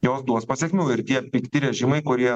jos duos pasekmių ir tie pikti režimai kurie